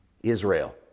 Israel